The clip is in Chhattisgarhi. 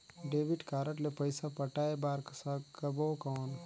डेबिट कारड ले पइसा पटाय बार सकबो कौन?